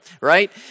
Right